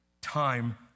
time